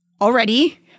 already